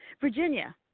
Virginia